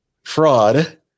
Fraud